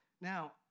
now